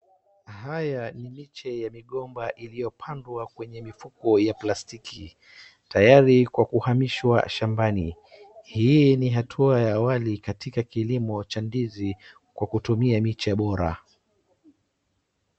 Haya ni miche ya migomba iliyopandwa kwenye mifuko ya plastiki tayari kwa kuhamishwa shambani. Hii ni hatua ya awali katika kilimo cha ndizi kwa kutumia miche bora.